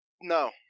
no